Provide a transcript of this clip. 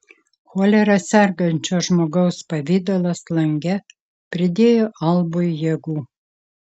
cholera sergančio žmogaus pavidalas lange pridėjo albui jėgų